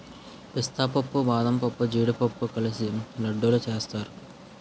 పిస్తా పప్పు బాదంపప్పు జీడిపప్పు కలిపి లడ్డూలు సేస్తారు